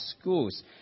schools